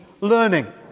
learning